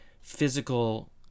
physical